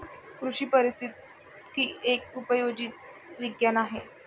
कृषी पारिस्थितिकी एक उपयोजित विज्ञान आहे